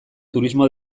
turismo